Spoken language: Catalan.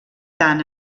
tant